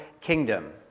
kingdom